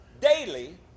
daily